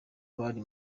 bari